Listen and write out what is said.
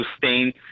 sustain